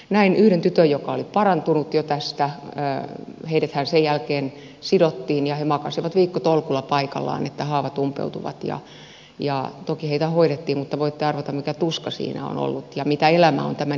näin yhden tytön joka oli parantunut jo tästä heidäthän sen jälkeen sidottiin ja he makasivat viikkotolkulla paikallaan että haavat umpeutuvat ja toki heitä hoidettiin mutta voitte arvata mikä tuska siinä on ollut ja mitä elämä on tämän jälkeen